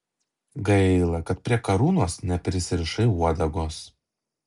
gaila kad prie karūnos neprisirišai uodegos